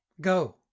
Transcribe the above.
Go